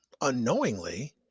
unknowingly